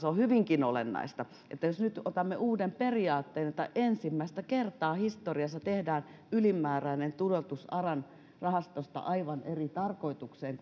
on hyvinkin olennaista jos nyt otamme uuden periaatteen että ensimmäistä kertaa historiassa tehdään ylimääräinen tuloutus aran rahastosta aivan eri tarkoitukseen